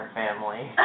family